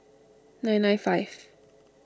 nine nine five